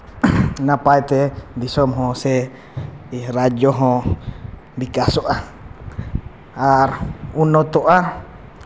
ᱱᱟᱯᱟᱭ ᱛᱮ ᱫᱤᱥᱚᱢ ᱦᱚᱸ ᱥᱮ ᱨᱟᱡᱽᱡᱚ ᱦᱚᱸ ᱵᱤᱠᱟᱥᱚᱜᱼᱟ ᱟᱨ ᱩᱱᱱᱚᱛᱚᱜᱼᱟ